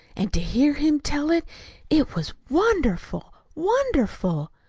and to hear him tell it it was wonderful, wonderful!